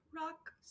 rock